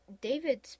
David